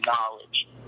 knowledge